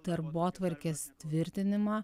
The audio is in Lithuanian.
darbotvarkės tvirtinimą